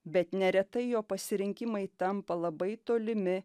bet neretai jo pasirinkimai tampa labai tolimi